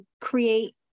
create